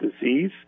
disease